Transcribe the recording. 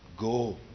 Go